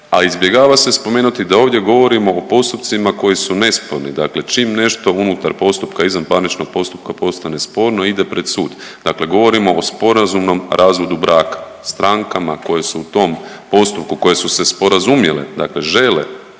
a izbjegava se spomenuti da ovdje govorimo o postupcima koji su nesporni. Dakle, čim nešto unutar postupka, izvanparničnog postupka postane sporno ide pred sud, dakle govorimo o sporazumnom razvodu braka, strankama koje su u tom postupku, koje su se sporazumjele, dakle žele